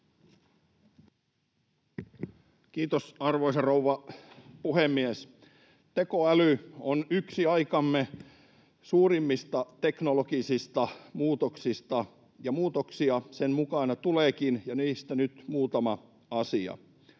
Kiitos, arvoisa rouva puhemies! Tekoäly on yksi aikamme suurimmista teknologisista muutoksista, ja muutoksia sen mukana tuleekin. Niistä nyt muutama asia.